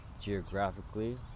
geographically